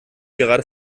gerade